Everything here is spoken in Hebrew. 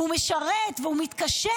והוא משרת ומתקשה,